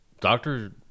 doctor